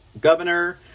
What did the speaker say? governor